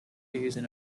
using